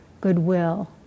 goodwill